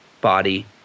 body